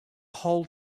whole